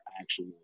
actual